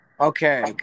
Okay